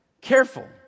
Careful